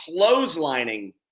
clotheslining